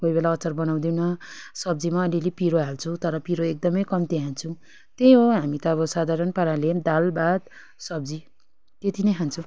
कोही बेला अचार बनाउँदैनौँ सब्जीमा अलिअलि पिरो हाल्छौँ तर पिरो एकदमै कम्ती हाल्छौँ त्यही हो हामी त अब साधारण पाराले दाल भात सब्जी त्यति नै खान्छौँ